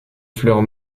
fleurs